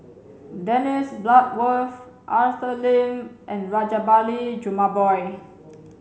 Dennis Bloodworth Arthur Lim and Rajabali Jumabhoy